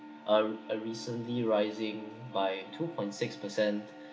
uh uh recently rising by two point six percent